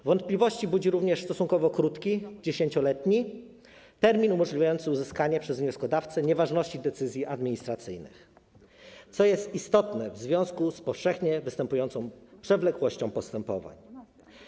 Wątpliwości budzi również stosunkowo krótki, bo 10-letni, termin umożliwiający uzyskanie przez wnioskodawcę nieważności decyzji administracyjnej, co jest istotne w związku z powszechnie występującą przewlekłością postępowań.